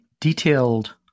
detailed